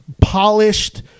polished